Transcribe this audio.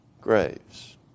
graves